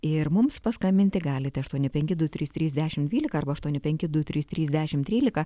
ir mums paskambinti galite aštuoni penki du trys trys dešim dvylika arba aštuoni penki du trys trys dešim trylika